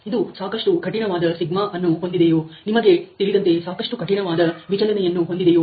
ಇದು ಸಾಕಷ್ಟು ಕಠಿಣವಾದ ಸಿಗ್ಮಾ ಅನ್ನು ಹೊಂದಿದೆಯೋ ನಿಮಗೆ ತಿಳಿದಂತೆ ಸಾಕಷ್ಟು ಕಠಿಣವಾದ ವಿಚಲನೆಯನ್ನು ಹೊಂದಿದೆಯೋ